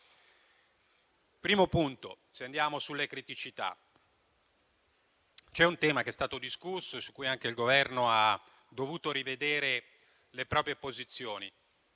bisogno. Se andiamo sulle criticità, c'è un tema che è stato discusso, su cui anche il Governo ha dovuto rivedere le proprie posizioni: